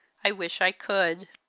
i wish i could.